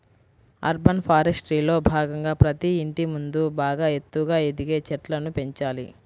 urban ఫారెస్ట్రీలో భాగంగా ప్రతి ఇంటి ముందు బాగా ఎత్తుగా ఎదిగే చెట్లను పెంచాలి